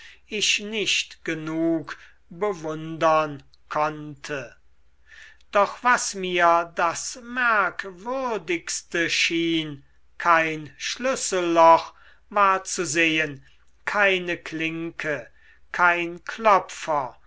ich nicht genug bewundern konnte doch was mir das merkwürdigste schien kein schlüsselloch war zu sehen keine klinke kein klopfer